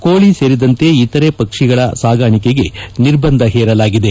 ಕೋಳಿ ಸೇರಿದಂತೆ ಇತರೆ ಪಕ್ಷಿಗಳ ಸಾಗಾಣಿಕೆಗೆ ನಿರ್ಬಂಧ ಹೇರಲಾಗಿದೆ